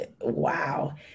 wow